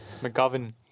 McGovern